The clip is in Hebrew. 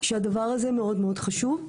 זה נושא שהוא מאוד מאוד חסר היום.